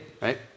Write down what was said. right